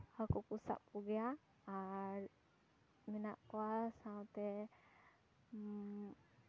ᱦᱟᱹᱠᱩ ᱠᱚ ᱥᱟᱵ ᱠᱚᱜᱮᱭᱟ ᱟᱨ ᱢᱮᱱᱟᱜ ᱠᱚᱣᱟ ᱥᱟᱶᱛᱮ